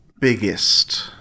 biggest